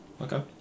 Okay